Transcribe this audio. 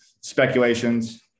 speculations